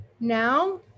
Now